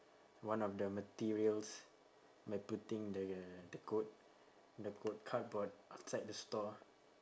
one of the materials by putting the the code the code cardboard outside the store ah